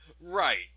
right